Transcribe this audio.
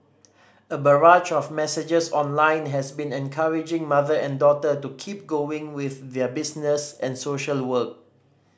a barrage of messages online has been encouraging mother and daughter to keep going with their business and social work